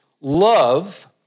Love